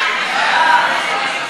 סעיף 1, כהצעת הוועדה, נתקבל.